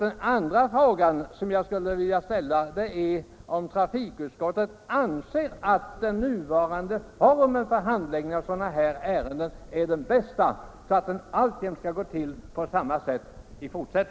En annan fråga som jag skulle vilja ställa är denna: Anser trafikutskottet att den nuvarande formen för handläggning av sådana här ärenden är den bästa och att det även i fortsättningen skall gå till på samma sätt?